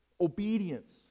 obedience